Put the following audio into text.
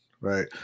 right